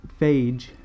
phage